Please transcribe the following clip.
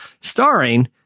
starring